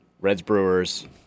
Reds-Brewers